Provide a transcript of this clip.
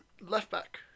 left-back